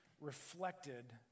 reflected